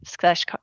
slash